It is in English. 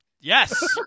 Yes